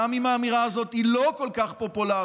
גם אם האמירה הזאת היא לא כל כך פופולרית,